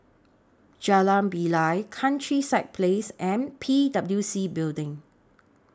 Jalan Bilal Countryside Place and P W C Building